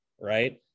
right